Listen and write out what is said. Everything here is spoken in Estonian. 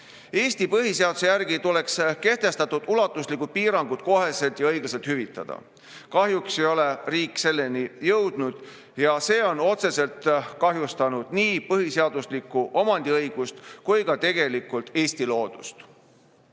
Eesti põhiseaduse järgi tuleks kehtestatud ulatuslikud piirangud otsekohe ja õiglaselt hüvitada. Kahjuks ei ole riik selleni jõudnud. See on otseselt kahjustanud nii põhiseaduslikku omandiõigust kui ka tegelikult Eesti loodust.